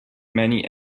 many